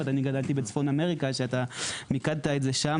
- אני גדלתי בצפון אמריקה שמיקדת את זה שם,